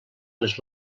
les